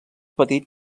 petit